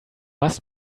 must